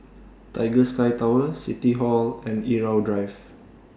Tiger Sky Tower City Hall and Irau Drive